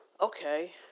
Okay